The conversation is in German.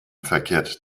verkehrt